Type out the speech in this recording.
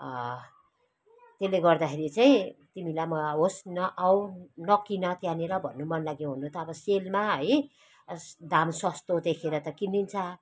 त्यसले गर्दाखेरि चाहिँ तिमीलाई म होस् नआऊ नकिन त्यहाँनिर भन्नु मन लाग्यो हुन त अब सेलमा है दाम सस्तो देखेर त किनिन्छ